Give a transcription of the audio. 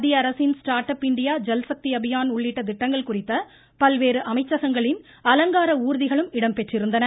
மத்தியஅரசின் ளுவயசவ ரி ஐனெயைஇ ஐல்சக்தி அபியான் உள்ளிட்ட திட்டங்கள் குறித்த பல்வேறு அமைச்சகங்களின் அலங்கார ஊர்திகளும் இடம் பெற்றிருந்தன